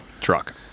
truck